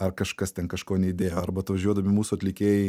ar kažkas ten kažko neįdėjo arba atvažiuodami mūsų atlikėjai